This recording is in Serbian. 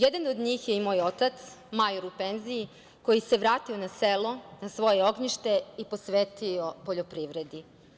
Jedan od njih je i moj otac, major u penziji, koji se vratio na selo, na svoje ognjište i posvetio poljoprivredi.